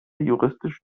juristisch